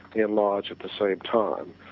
in lache at the same time.